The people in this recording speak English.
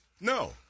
No